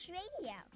radio